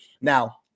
Now